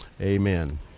amen